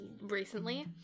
recently